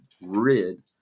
rid